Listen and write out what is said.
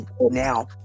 now